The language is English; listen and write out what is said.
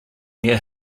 near